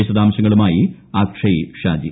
വിശദാംശങ്ങളുമായി അക്ഷയ് ഷാജി